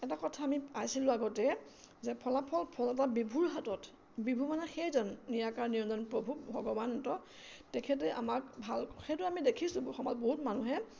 এটা কথা আমি পাইছিলোঁ আগতে যে ফলাফল ফল এটা বিভুৰ হাতত বিভুমানে সেইজন নিৰাকাৰ নিৰঞ্জন প্ৰভূ ভগৱন্ত তেখেতে আমাক ভাল সেইটো আমি দেখিছোঁ সময়ত বহুত মানুহে